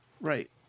Right